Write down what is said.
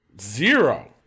Zero